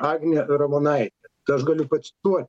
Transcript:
agnė ramonaitė tai aš galiu pacituoti